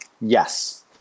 Yes